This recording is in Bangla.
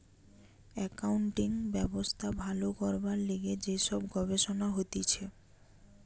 একাউন্টিং ব্যবস্থা ভালো করবার লিগে যে সব গবেষণা হতিছে